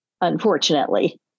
unfortunately